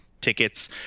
tickets